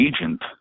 agent